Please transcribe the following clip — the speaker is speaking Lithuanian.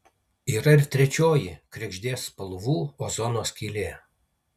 yra ir trečioji kregždės spalvų ozono skylė